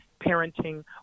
parenting